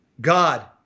God